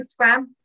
Instagram